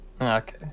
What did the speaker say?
Okay